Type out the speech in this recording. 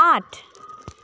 আঠ